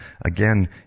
again